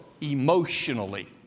emotionally